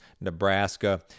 Nebraska